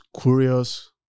curious